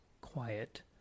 quiet